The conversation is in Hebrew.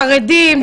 חרדים,